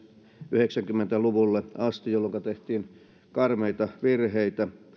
yhdeksänkymmentä luvulle asti jolloinka tehtiin karmeita virheitä